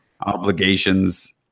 obligations